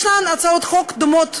יש הצעות חוק דומות,